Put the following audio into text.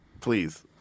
please